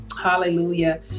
hallelujah